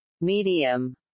medium